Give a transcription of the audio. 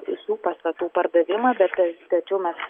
visų pastatų pardavimą bet tačiau mes